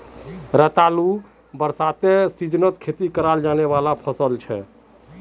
रतालू बरसातेर सीजनत खेती कराल जाने वाला फसल छिके